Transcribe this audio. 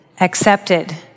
accepted